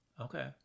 Okay